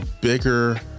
bigger